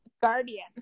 guardian